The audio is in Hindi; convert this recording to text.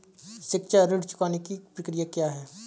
शिक्षा ऋण चुकाने की प्रक्रिया क्या है?